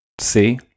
See